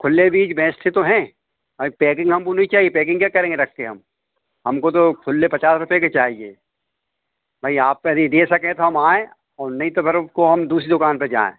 खुले बीज बेचते तो हैं पैकिंग हमको नी चाहिए पैकिंग क्या करेंगे रख कर हम हमको तो खुले पचास रुपये के चाहिए भई आप यदि दे सकें तो हम आएँ और नहीं तो फिर उसको हम दूसरी दुकान पर जाएँ